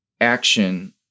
action